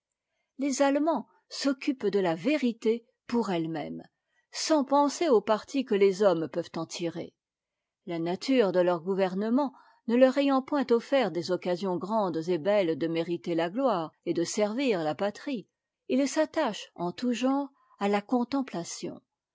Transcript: les allemands s'occupent de la vérité pour e e même sans penser au parti que les hommes peuvent en tirer la nature de leurs gouvernements ne leur ayant point offert des occasions grandes et belles de mériter la gloire et de servir la patrie ils s'attachent en tout genre à la contemplation